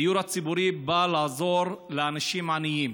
הדיור הציבורי בא לעזור לאנשים עניים,